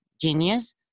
genius